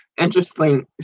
Interesting